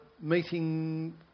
meeting